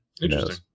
interesting